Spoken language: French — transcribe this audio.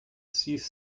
six